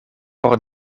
por